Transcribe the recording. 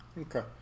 Okay